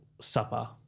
supper